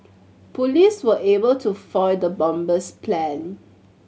police were able to foil the bomber's plan